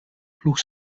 ploegt